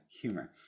humor